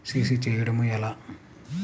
CC చేయడము ఎలా?